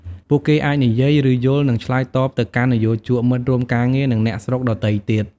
ពួកគេអាចនិយាយ ឬយល់ និងឆ្លើយតបទៅកាន់និយោជក មិត្តរួមការងារ និងអ្នកស្រុកដទៃទៀត។